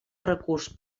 recurs